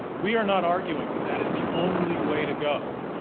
we are not arguing that that is the only way to go.